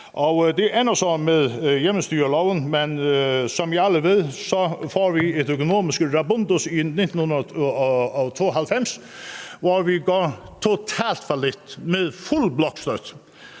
Det ender så med hjemmestyreloven, men som I alle ved, går vi økonomisk rabundus i 1992, hvor vi går totalt fallit, med fuldt bloktilskud,